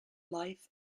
life